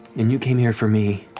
and you came here for me.